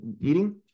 eating